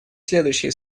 следующие